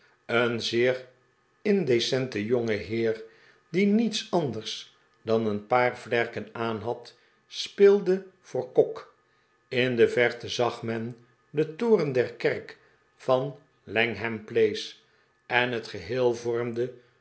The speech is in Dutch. een zeer indecente jongeheer die niets anders dan een paar vlerken aanhad speelde voor kok in de verte zag men den toren der kerk van langham place en het geheel vormde